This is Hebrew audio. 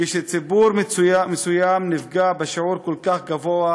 30% כשציבור מסוים נפגע בשיעור כל כך גבוה